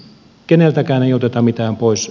keneltäkään ei oteta mitään pois